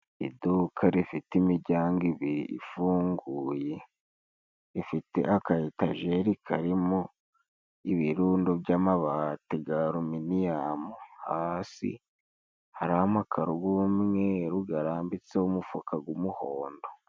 Iduka rifite imiryango ibiri ifunguye rifite aka etajeri karimo ibirundo by'amabati ga ruminiyamu, hasi hari amakaro g'umweru garambitseho umufuka g'umuhondo.